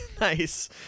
nice